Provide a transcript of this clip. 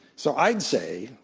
so i'd say,